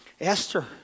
Esther